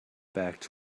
back